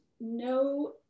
no